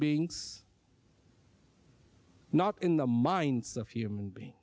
beings not in the minds of human being